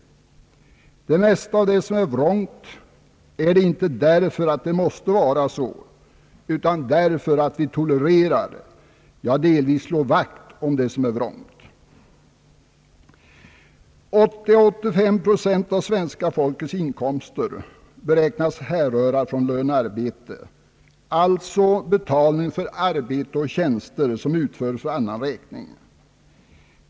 Det mesta av det som är vrångt är det inte därför att det måste vara så utan därför att vi tolererar — ja, delvis slår vakt om — det som är vrångt. 80 å 85 procent av svenska folkets inkomster beräknas härröra från lönearbete, alltså betalning för arbete och tjänster som utförs för annans räkning.